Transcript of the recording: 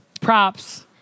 props